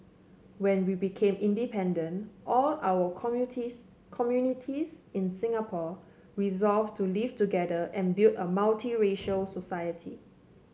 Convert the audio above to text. when we became independent all our communities in Singapore resolve to live together and build a multiracial society